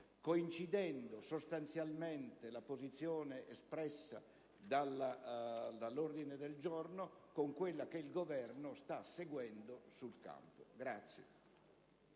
coincidendo sostanzialmente la posizione espressa nell'ordine del giorno con quella che il Governo sta seguendo sul campo.